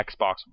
Xbox